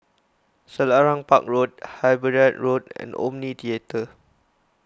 Selarang Park Road Hyderabad Road and Omni theatre